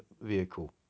vehicle